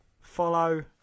Follow